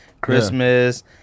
Christmas